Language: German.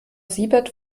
siebert